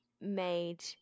made